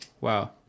Wow